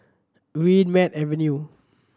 Greenmead Avenue